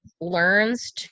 learns